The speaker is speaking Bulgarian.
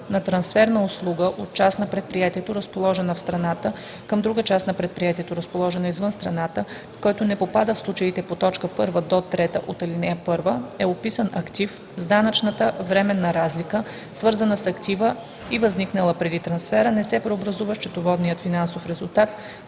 на трансфер на услуга от част на предприятието, разположена в страната, към друга част на предприятието, разположена извън страната, който не попада в случаите по т. 1 – 3 от ал. 1, е отписан актив, с данъчната временна разлика, свързана с актива и възникнала преди трансфера, не се преобразува счетоводният финансов резултат